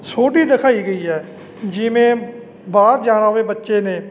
ਛੋਟੀ ਦਿਖਾਈ ਗਈ ਹੈ ਜਿਵੇਂ ਬਾਹਰ ਜਾਣਾ ਹੋਵੇ ਬੱਚੇ ਨੇ